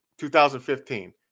2015